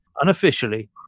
Unofficially